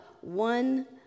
one